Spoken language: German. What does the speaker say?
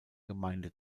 gemeinde